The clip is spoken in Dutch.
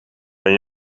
kan